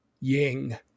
Ying